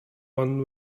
one